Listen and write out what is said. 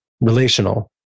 relational